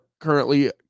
currently